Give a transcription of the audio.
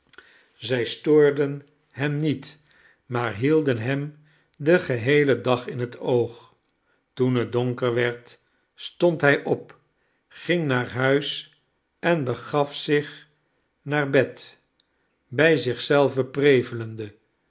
zij stoorden hem niet maar hielden hem den geheelen dag in het oog toen het donker werd stond hij op ging naar huis en begaf zich naar bed bij zich zelven prevelende